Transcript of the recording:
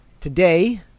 Today